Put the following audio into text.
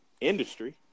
industry